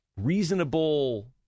reasonable